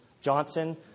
Johnson